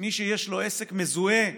מי שיש לו עסק מזוהה